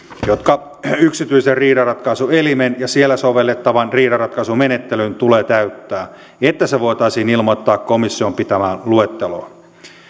jotka yksityisen riidanratkaisuelimen ja siellä sovellettavan riidanratkaisumenettelyn tulee täyttää että se voitaisiin ilmoittaa komission pitämään luetteloon